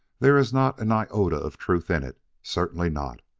there is not an iota of truth in it certainly not.